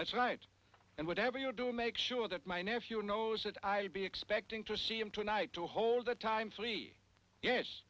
that's right and whatever you do make sure that my nephew knows that i'll be expecting to see him tonight to hold the time